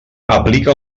aplica